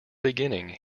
beginning